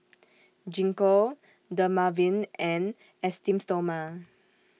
Gingko Dermaveen and Esteem Stoma